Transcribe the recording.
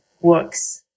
works